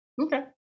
okay